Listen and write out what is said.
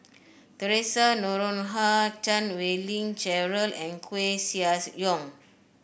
Theresa Noronha Chan Wei Ling Cheryl and Koeh Sia Yong